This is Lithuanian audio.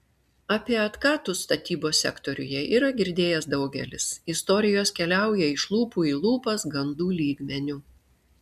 apie otkatus statybos sektoriuje yra girdėjęs daugelis istorijos keliauja iš lūpų į lūpas gandų lygmeniu